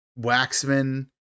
Waxman